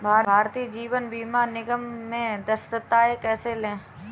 भारतीय जीवन बीमा निगम में सदस्यता कैसे लें?